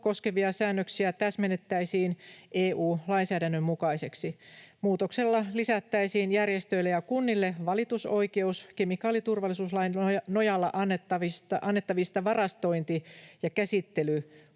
koskevia säännöksiä täsmennettäisiin EU-lainsäädännön mukaisiksi. Muutoksella lisättäisiin järjestöille ja kunnille valitusoikeus kemikaaliturvallisuuslain nojalla annettavista varastointi‑ ja käsittelyluvista.